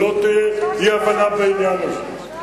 שלא תהיה אי-הבנה בעניין הזה,